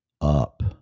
up